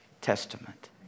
Testament